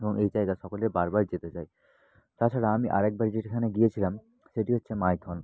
এবং এই জায়গা সকলে বারবার যেতে চায় তাছাড়া আমি আরেকবার যেখানে গিয়েছিলাম সেটি হচ্ছে মাইথন